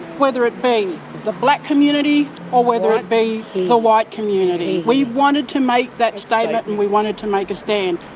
whether it be the black community or whether it be the white community, we wanted to make that statement and we wanted to make a stand.